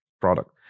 product